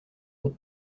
bon